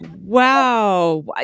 Wow